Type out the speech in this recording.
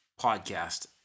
podcast